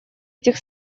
этих